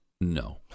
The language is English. No